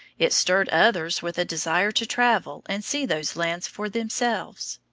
it stirred others with a desire to travel and see those lands for themselves.